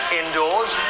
indoors